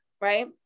right